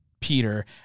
Peter